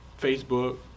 Facebook